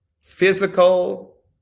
physical